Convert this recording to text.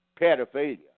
pedophilia